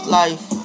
life